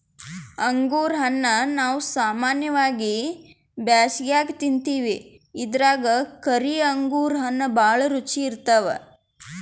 ಅಂಗುರ್ ಹಣ್ಣಾ ನಾವ್ ಸಾಮಾನ್ಯವಾಗಿ ಬ್ಯಾಸ್ಗ್ಯಾಗ ತಿಂತಿವಿ ಇದ್ರಾಗ್ ಕರಿ ಅಂಗುರ್ ಹಣ್ಣ್ ಭಾಳ್ ರುಚಿ ಇರ್ತವ್